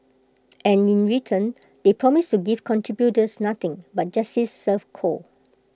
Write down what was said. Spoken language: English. and in return they promise to give contributors nothing but justice served cold